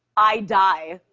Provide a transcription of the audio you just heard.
i die.